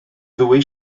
ddwy